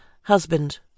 husband